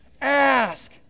ask